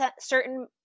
certain